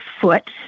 foot